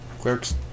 Clerks